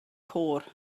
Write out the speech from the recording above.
côr